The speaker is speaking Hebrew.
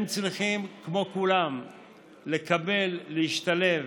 הם צריכים כמו כולם לקבל, להשתלב.